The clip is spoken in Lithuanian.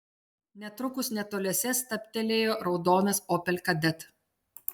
netrukus netoliese stabtelėjo raudonas opel kadett